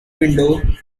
window